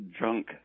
junk